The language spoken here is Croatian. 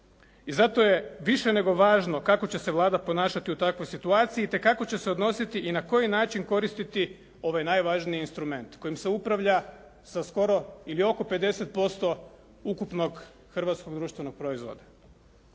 I zato je više nego važno kako će se Vlada ponašati u takvoj situaciji, itekako će se odnositi i na koji način koristiti ovaj najvažniji instrument kojim se upravlja sa skoro ili oko 50% ukupnog hrvatskog društvenog proizvoda.